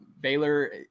Baylor